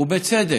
ובצדק,